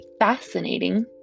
fascinating